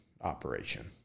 operation